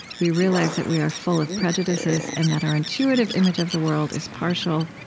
we realize that we are full of prejudices and that our intuitive image of the world is partial,